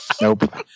Nope